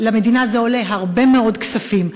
למדינה זה עולה הרבה מאוד כספים.